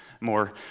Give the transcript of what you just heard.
more